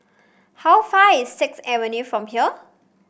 how far is Sixth Avenue from here